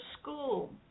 school